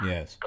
Yes